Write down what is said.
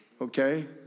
Okay